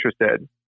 interested